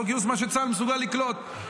חוק גיוס מה שצה"ל מסוגל לקלוט,